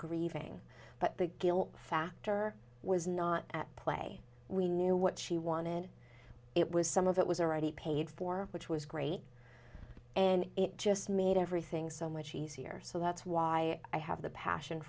grieving but the guilt factor was not at play we knew what she wanted it was some of it was already paid for which was great and it just made everything so much easier so that's why i have the passion